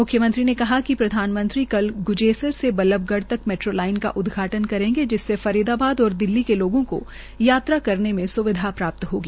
मुख्यमंत्री ने कहा कि प्रधानमंत्री कल सोमवार से बल्लभगढ़ तक मेट्रो लाइन का उदघाटन करेंगे जिससे फरीदाबार और दिल्ली के लोगों को यात्रा करने में स्विधा प्राप्त होगी